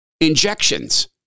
injections